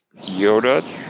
Yoda